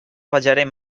ballarem